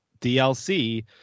DLC